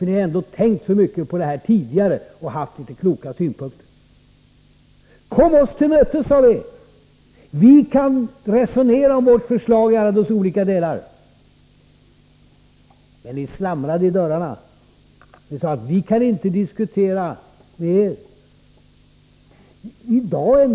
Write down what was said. Ni har ändå tänkt så mycket på denna fråga tidigare och haft kloka synpunkter. Kom oss till mötes, sade vi. Vi kan resonera om vårt förslag i alla dess olika delar. Men ni slamrade med dörrarna och sade: Vi kan inte diskutera med er.